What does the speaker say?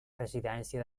residència